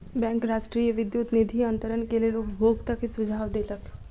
bank राष्ट्रीय विद्युत निधि अन्तरण के लेल उपभोगता के सुझाव देलक